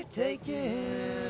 taken